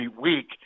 week